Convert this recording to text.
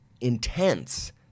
intense